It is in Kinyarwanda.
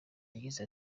yagize